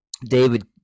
David